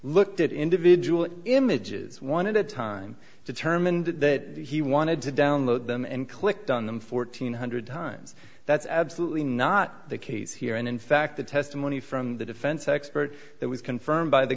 looked at individual images one at a time determined that he wanted to download them and clicked done them fourteen hundred times that's absolutely not the case here and in fact the testimony from the defense expert that was confirmed by the